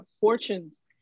fortunes